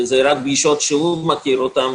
וזה רק פגישות שהוא מכיר אותן.